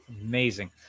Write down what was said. amazing